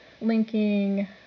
linking